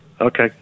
Okay